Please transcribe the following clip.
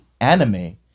anime